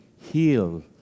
heal